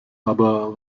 aber